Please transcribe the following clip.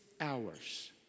hours